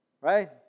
right